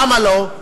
למה לא?